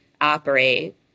operate